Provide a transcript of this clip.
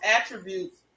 attributes